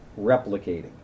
replicating